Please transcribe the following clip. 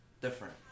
different